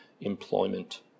employment